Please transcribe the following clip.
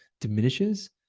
diminishes